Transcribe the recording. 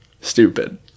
stupid